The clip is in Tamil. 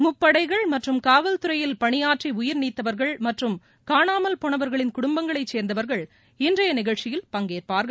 முப்படைகள் மற்றும் காவல்துறையில் பணியாற்றி உயிர்நீத்தவர்கள் மற்றும் காணாமல் போனவர்களின் குடும்பங்களை சேர்ந்தவர்கள் இன்றைய நிகழ்ச்சியில் பங்கேற்பார்கள்